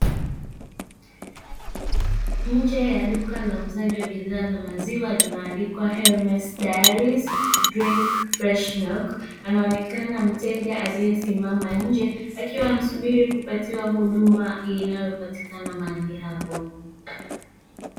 Nje ya duka la uuzaji wa bidhaa za maziwa lililoandikwa ''Hermes dairies, drink fresh milk'', anaonekana mteja aliyesimama nje, akiwa anasubiri kupatiwa huduma inayopatikana mahali hapo.